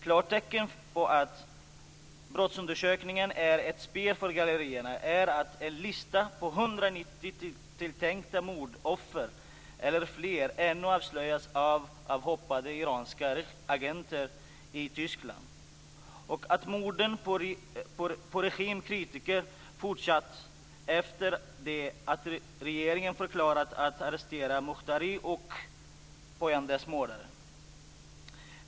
Klartecken att brottsundersökningarna är ett spel för galleriet är att en lista på 190 tilltänkta mordoffer eller fler har avslöjats av avhoppade iranska agenter i Tyskland och att morden på regimkritiker fortsatt efter att regeringen förklarat att de arresterat Mukhtaris och Poyandehs mördare.